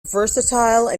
versatile